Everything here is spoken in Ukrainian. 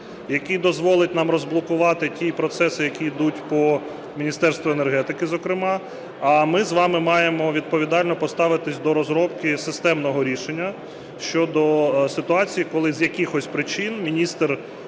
який дозволить нам розблокувати ті процеси, які йдуть по Міністерству енергетики, зокрема. А ми з вами маємо відповідально поставитись до розробки системного рішення щодо ситуації, коли з якихось причин міністр